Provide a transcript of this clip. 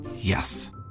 Yes